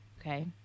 Okay